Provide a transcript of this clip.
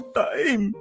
time